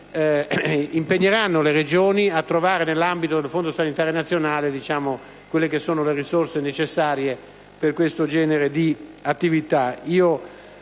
cui si impegneranno le Regioni a trovare, nell'ambito del Fondo sanitario nazionale, le risorse necessarie per questo tipo di attività.